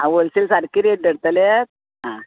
आं होलसेल सारकी रेट धरतले आं